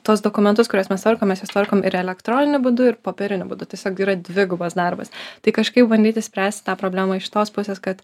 tuos dokumentus kuriuos mes tvarkom mes juos tvarkom ir elektroniniu būdu ir popieriniu būdu tiesiog yra dvigubas darbas tai kažkaip bandyti spręsti tą problemą iš tos pusės kad